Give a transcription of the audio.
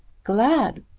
glad!